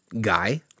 guy